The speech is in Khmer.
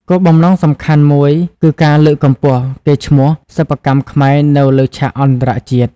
គោលបំណងសំខាន់មួយគឺការលើកកម្ពស់ កេរ្តិ៍ឈ្មោះ សិប្បកម្មខ្មែរនៅលើឆាកអន្តរជាតិ។